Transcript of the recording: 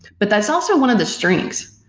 but that's also one of the strengths,